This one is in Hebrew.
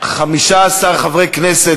--- אני אענה לך את התשובה